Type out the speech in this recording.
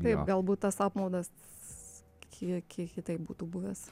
taip galbūt tas apmaudas kiek kiek kitaip būtų buvęs